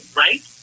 right